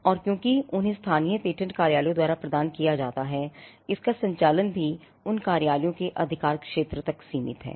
और क्योंकि उन्हें स्थानीय पेटेंट कार्यालयों द्वारा प्रदान किया जाता है इसका संचालन भी उन कार्यालयों के अधिकार क्षेत्र तक सीमित है